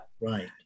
right